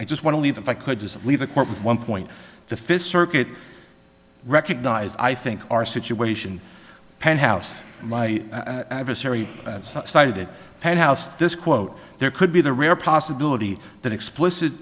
i just want to leave if i could just leave the court with one point the fifth circuit recognize i think our situation penthouse my adversary cited penthouse this quote there could be the rare possibility that explicit